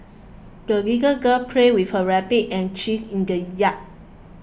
the little girl played with her rabbit and geese in the yard